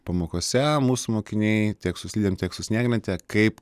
pamokose mūsų mokiniai tiek su slidėm tiek su snieglente kaip